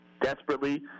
desperately